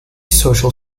social